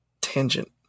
tangent